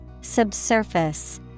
Subsurface